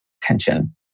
tension